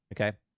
okay